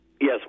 Yes